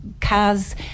cars